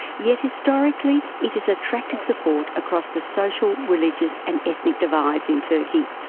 yet historically it has attracted support across the social, religious and ethnic divides in turkey.